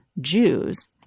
Jews